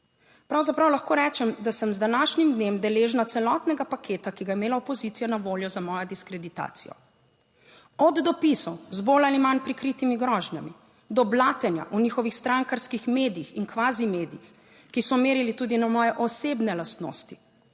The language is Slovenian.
Pravzaprav lahko rečem, da sem z današnjim dnem deležna celotnega paketa, ki ga je imela opozicija na voljo za mojo diskreditacijo, od dopisov z bolj ali manj prikritimi grožnjami do blatenja v njihovih strankarskih medijih in kvazi medijih, ki so merili tudi na moje osebne lastnosti,